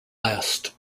last